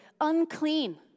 unclean